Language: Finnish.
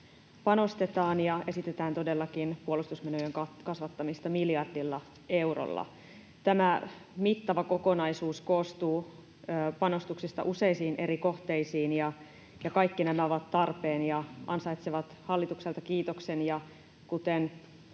panostetaan ja esitetään todellakin puolustusmenojen kasvattamista miljardilla eurolla. Tämä mittava kokonaisuus koostuu panostuksista useisiin eri kohteisiin, ja kaikki nämä ovat tarpeen ja ansaitsevat hallitukselta kiitoksen. Kuten